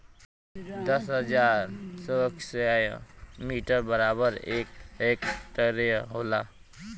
दस हजार square metre बराबर एक हेक्टेयर होला